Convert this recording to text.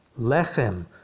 Lechem